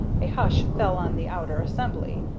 a hush fell on the outer assembly,